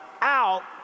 out